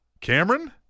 Cameron